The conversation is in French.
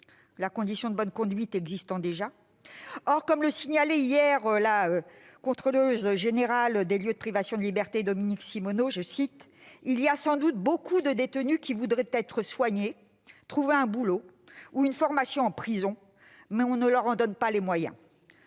relative à la bonne conduite existant déjà. Or, comme le signalait hier la Contrôleuse générale des lieux de privation de liberté, Dominique Simonnot :« Il y a sans doute beaucoup de détenus qui voudraient être soignés, trouver un boulot ou une formation en prison, ... Bien sûr !... mais on ne leur en donne pas les moyens. »